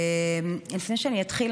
לפני שאני אתחיל,